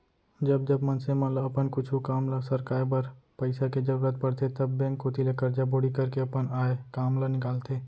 जब जब मनसे मन ल अपन कुछु काम ल सरकाय बर पइसा के जरुरत परथे तब बेंक कोती ले करजा बोड़ी करके अपन आय काम ल निकालथे